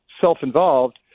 self-involved